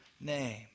name